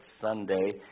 Sunday